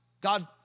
God